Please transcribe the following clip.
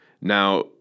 Now